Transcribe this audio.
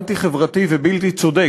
אנטי-חברתי ובלתי צודק,